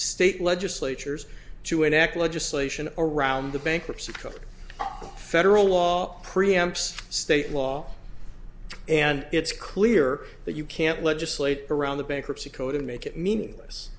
state legislatures to enact legislation around the bankruptcy code federal law preempts state law and it's clear that you can't legislate around the bankruptcy code and make it meaningless